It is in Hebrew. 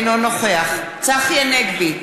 אינו נוכח צחי הנגבי,